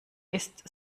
ist